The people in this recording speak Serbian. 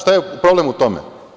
Šta je problem u tome?